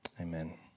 Amen